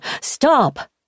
stop